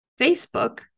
Facebook